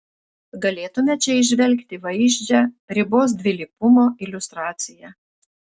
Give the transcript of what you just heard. galėtume čia įžvelgti vaizdžią ribos dvilypumo iliustraciją